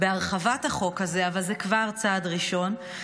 בהרחבת החוק הזה, אבל זה כבר צעד ראשון.